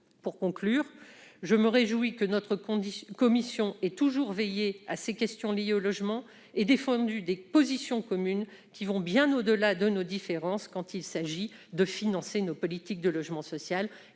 Pour conclure, je me réjouis que la commission ait toujours veillé à ces questions liées au logement et défendu des positions communes, qui vont bien au-delà de nos différences quand il s'agit de financer nos politiques de logements sociaux